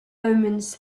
omens